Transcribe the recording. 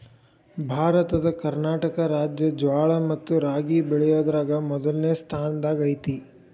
ಭಾರತದ ಕರ್ನಾಟಕ ರಾಜ್ಯ ಜ್ವಾಳ ಮತ್ತ ರಾಗಿ ಬೆಳಿಯೋದ್ರಾಗ ಮೊದ್ಲನೇ ಸ್ಥಾನದಾಗ ಐತಿ